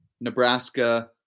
Nebraska